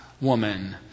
woman